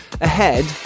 ahead